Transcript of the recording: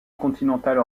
continentale